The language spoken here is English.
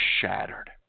shattered